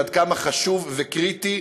ועד כמה חשוב וקריטי